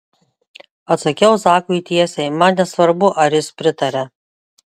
atsakiau zakui tiesiai man nesvarbu ar jis pritaria